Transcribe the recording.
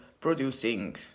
producing